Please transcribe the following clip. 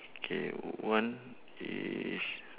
K one is